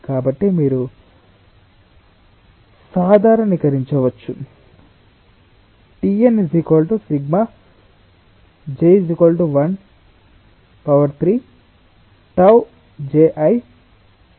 కాబట్టి మీరు సాధారణీకరించవచ్చు 𝑇𝑛 j13Tjinj